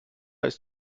ist